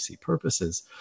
purposes